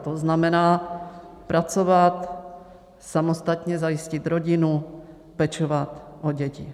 To znamená pracovat, samostatně zajistit rodinu, pečovat o děti.